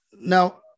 now